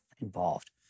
involved